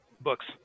books